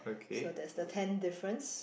so that's the tenth difference